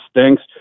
stinks